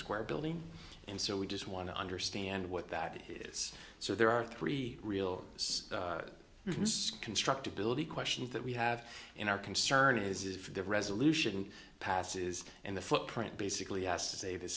square building and so we just want to understand what that is so there are three real constructibility questions that we have in our concern is if the resolution passes and the footprint basically has to say the